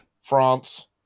France